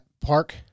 park